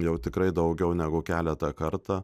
jau tikrai daugiau negu keletą kartą